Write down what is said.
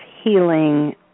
healing